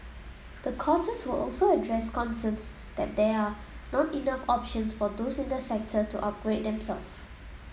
the courses will also address concerns that there are not enough options for those in the sector to upgrade themselves